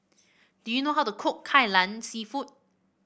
do you know how to cook Kai Lan seafood